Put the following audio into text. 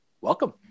welcome